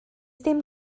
dim